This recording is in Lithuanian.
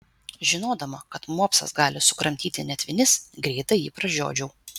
žinodama kad mopsas gali sukramtyti net vinis greitai jį pražiodžiau